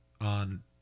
on